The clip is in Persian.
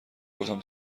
گفتم